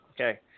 Okay